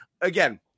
again